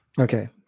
Okay